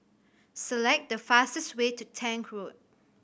select the fastest way to Tank Road